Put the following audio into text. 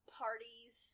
parties